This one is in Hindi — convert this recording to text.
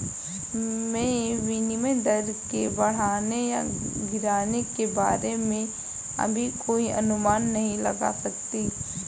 मैं विनिमय दर के बढ़ने या गिरने के बारे में अभी कोई अनुमान नहीं लगा सकती